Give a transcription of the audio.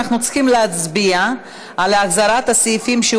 אנחנו צריכים להצביע על החזרת הסעיפים שהוא